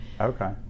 Okay